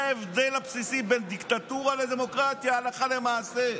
זה ההבדל הבסיסי בין דיקטטורה לדמוקרטיה הלכה למעשה,